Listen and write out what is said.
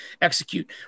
execute